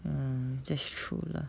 mm that's true lah